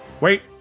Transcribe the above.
wait